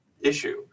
issue